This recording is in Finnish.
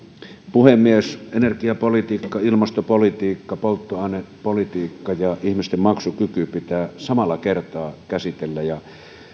puhemies energiapolitiikka ilmastopolitiikka polttoainepolitiikka ja ihmisten maksukyky pitää samalla kertaa käsitellä